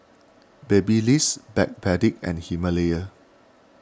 Babyliss Backpedic and Himalaya